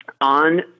on